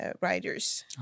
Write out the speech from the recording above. riders